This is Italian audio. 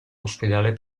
ospedale